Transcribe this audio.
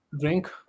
drink